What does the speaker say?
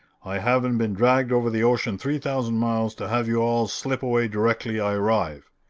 i haven't been dragged over the ocean three thousand miles to have you all slip away directly i arrive.